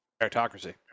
Meritocracy